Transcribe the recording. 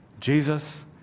jesus